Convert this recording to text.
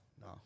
no